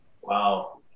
Wow